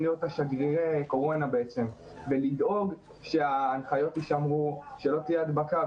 להיות שגרירי הקורונה ולדאוג שההנחיות יישמרו ושלא תהיה הדבקה.